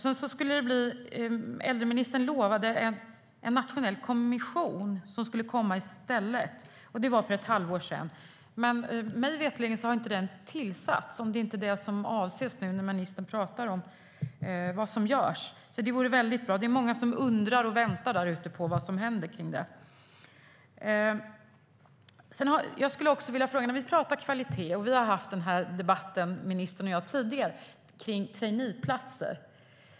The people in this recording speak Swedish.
Sedan lovade äldreministern att en nationell kommission skulle komma i stället. Det var för ett halvår sedan, men mig veterligen har den inte tillsatts - om det inte är den som avses nu när ministern talar om vad som görs. Det vore bra, för det är många där ute som undrar och väntar på att få veta vad som händer kring detta. Jag skulle också vilja ställa en annan fråga. Vi talar om kvalitet - ministern och jag har haft den här debatten tidigare - och om traineeplatser.